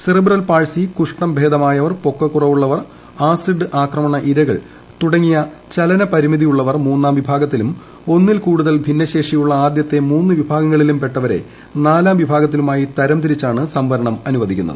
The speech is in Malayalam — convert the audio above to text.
സെറിബ്രൽ പാൾസി കുഷ്ഠം ഭേദമായവർ പൊക്കക്കുറവുള്ളവർ ആസിഡ് ആക്രമണ ഇരകൾ തുടങ്ങി ചലന പരിമിതിയുള്ളവർ മൂന്നാം വിഭാഗത്തിലും ഒന്നിൽ കൂടുതൽ ഭിന്നശേഷിയുള്ള ആദ്യത്തെ മൂന്ന് വിഭാഗങ്ങളിലുംപ്പെട്ടവരെ നാലാം വിഭാഗത്തിലുമായി തരംതിരിച്ചാണ് സംവരണം അനുവദിക്കുന്നത്